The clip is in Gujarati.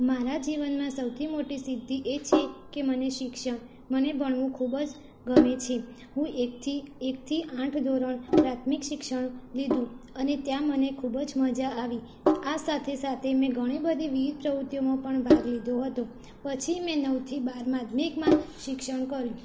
મારા જીવનમાં સૌથી મોટી સિદ્ધિ એ છે કે મને શિક્ષણ મને ભણવું ખૂબ જ ગમે છે હું એકથી એકથી આઠ ધોરણ પ્રાથમિક શિક્ષણ લીધું અને ત્યાં મને ખૂબ જ મજા આવી આ સાથે સાથે મેં ઘણી બધી વિવિધ પ્રવૃત્તિઓમાં પણ ભાગ લીધો હતો પછી મેં નવથી બાર માધ્યમિકમાં શિક્ષણ કર્યું